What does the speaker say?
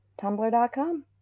tumblr.com